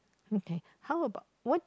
okay how about what